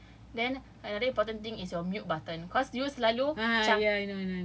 okay then another important is your mute button cause you know selalu macam